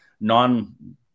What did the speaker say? non